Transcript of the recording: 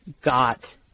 got